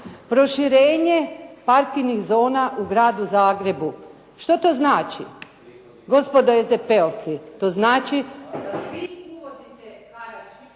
Proširenje parkirnih zona u Gradu Zagrebu. Što to znači gospodo SDP-ovci? To znači … /Govornica